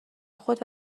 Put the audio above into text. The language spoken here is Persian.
خود